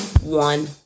one